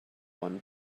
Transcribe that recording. one